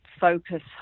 focus